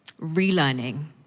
relearning